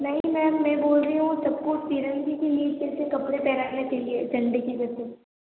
नहीं मेेम मैं बोल रही हूँ सब को तिरंगे के एक जैसे कपड़े पहनाने चाहिए झंडे के जैसे